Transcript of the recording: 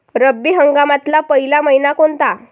रब्बी हंगामातला पयला मइना कोनता?